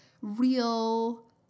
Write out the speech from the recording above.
real